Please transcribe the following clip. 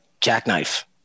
jackknife